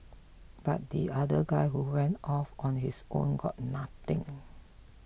but the other guy who went off on his own got nothing